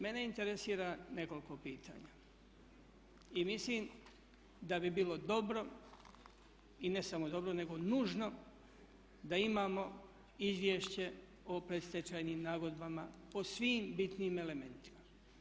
Mene interesira nekoliko pitanja i mislim da bi bilo dobro, i ne samo dobro nego nužno, da imamo Izvješće o predstečajnim nagodbama po svim bitnim elementima.